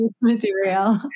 material